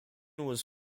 was